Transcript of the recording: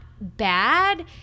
bad